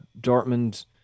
Dortmund